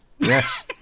Yes